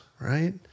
right